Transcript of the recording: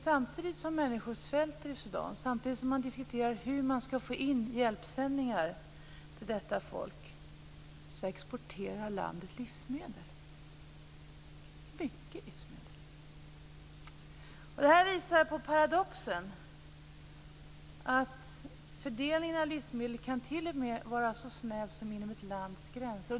Samtidigt som människor svälter i Sudan och samtidigt som man diskuterar hur man ska få in hjälpsändningar till detta folk exporterar landet livsmedel. Man exporterar mycket livsmedel. Det här visar på paradoxen i fördelningen av livsmedel t.o.m. inom ett så snävt område som inom ett lands gränser.